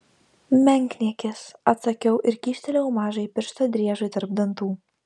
menkniekis atsakiau ir kyštelėjau mažąjį pirštą driežui tarp dantų